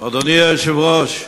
אדוני היושב-ראש,